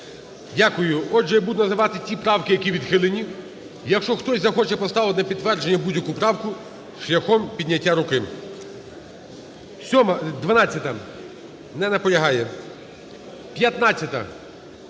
Дякую. Отже, буду називати ті правки, які відхилені. Якщо хтось захоче поставити на підтвердження будь-яку правку – шляхом підняття руки. 7-а. 12-а. Не наполягає. 15-а.